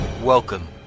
Welcome